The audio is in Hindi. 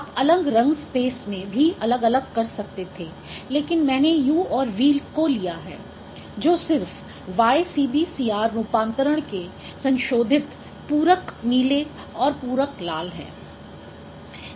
आप अलग रंग स्पेस में भी अलग अलग कर सकते थे लेकिन मैंने U और V को लिया है जो सिर्फ YCbCr रूपांतरण के संशोधित पूरक नीले और पूरक लाल हैं